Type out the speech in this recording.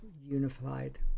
unified